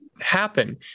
happen